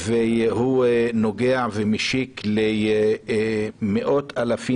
והוא נוגע ומשיק למאות אלפים.